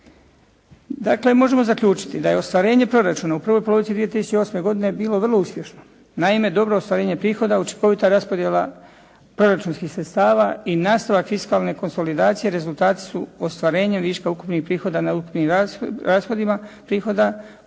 Dakle, možemo zaključiti da je ostvarenje proračuna u prvoj polovici 2008. godine bilo vrlo uspješno. Naime, dobro ostvarenje prihoda, učinkovita raspodjela proračunskih sredstava i nastavak fiskalne konsolidacije rezultati su ostvarenja viška ukupnih prihoda na ukupnim rashodima prihoda